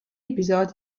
episodi